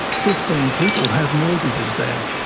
fifteen people have mortgages there,